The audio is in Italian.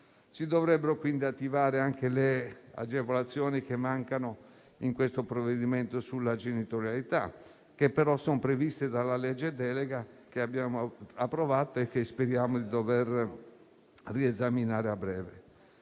Si dovrebbero quindi attivare anche le agevolazioni sulla genitorialità, che mancano in questo provvedimento e che però sono previste dalla legge delega che abbiamo approvato e che speriamo di dover riesaminare a breve.